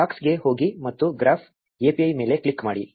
ಡಾಕ್ಸ್ಗೆ ಹೋಗಿ ಮತ್ತು graph API ಮೇಲೆ ಕ್ಲಿಕ್ ಮಾಡಿ